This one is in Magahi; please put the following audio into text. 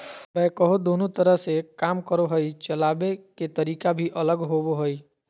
बैकहो दोनों तरह से काम करो हइ, चलाबे के तरीका भी अलग होबो हइ